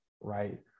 right